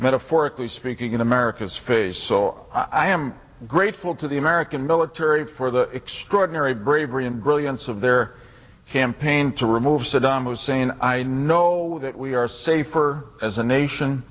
metaphorically speaking in america's face so i am grateful to the american military for the extraordinary bravery and brilliance of their campaign to remove saddam hussein i know that we are safer as a nation